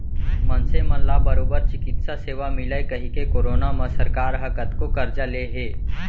मनसे मन ला बरोबर चिकित्सा सेवा मिलय कहिके करोना म सरकार ह कतको करजा ले हे